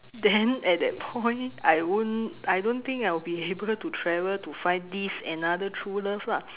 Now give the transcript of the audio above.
then at that point I won't I don't think I will be able to travel to find this another true love lah